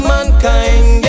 Mankind